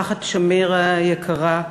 משפחת שמיר היקרה,